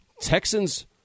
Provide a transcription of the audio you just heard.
Texans